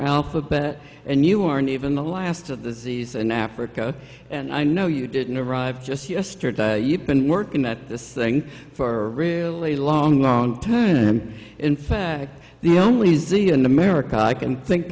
alphabet and you aren't even the last of the season africa and i know you didn't arrive just yesterday you've been working at this thing for a really long long time in fact the only easy in america i can think